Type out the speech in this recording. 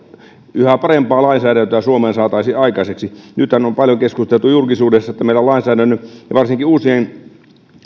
yhä parempaa lainsäädäntöä suomeen saataisiin aikaiseksi nythän on paljon keskusteltu julkisuudessa että meidän lainsäädännön ja varsinkin uusien